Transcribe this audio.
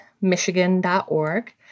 Michigan.org